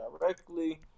directly